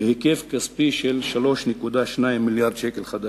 בהיקף כספי של 3.2 מיליארדי ש"ח.